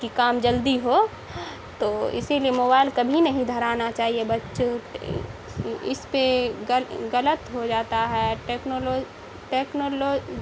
کہ کام جلدی ہو تو اسی لیے موبائل کبھی نہیں دھرانا چاہیے بچوں اس پہ غلط ہو جاتا ہے ٹیکنالو ٹیکنالوجی